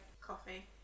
coffee